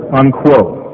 unquote